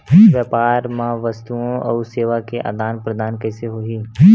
व्यापार मा वस्तुओ अउ सेवा के आदान प्रदान कइसे होही?